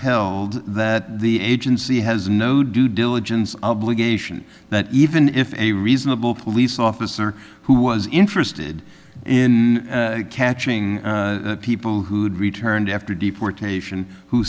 held that the agency has no due diligence obligation that even if a reasonable police officer who was interested in catching people who had returned after deportation who